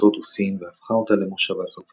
את הודו-סין והפכה אותה למושבה צרפתית.